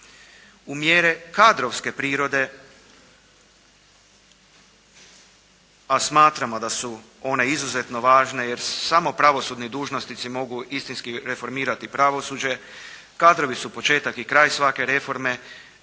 U mjere kadrovske prirode, a smatramo da su one izuzetno važne, jer samo pravosudni dužnosnici mogu istinski reformirati pravosuđe. Kadrovi su početak i kraj svake reforme